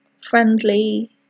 friendly